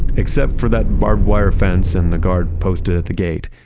except for that barbwire fence, and the guard posted at the gate,